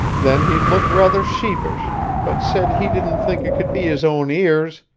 then he looked rather sheepish, but said he didn't think it could be his own ears,